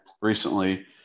recently